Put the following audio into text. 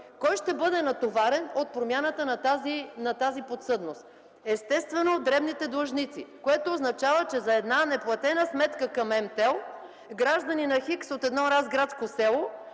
Кой ще бъде натоварен от промяната на тази подсъдност? Естествено, дребните длъжници. Това означава, че за една неплатена сметка на „Мобилтел” гражданинът „х” от едно разградско село